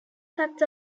facts